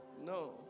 No